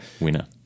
winner